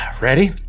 Ready